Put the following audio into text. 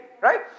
Right